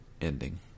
ending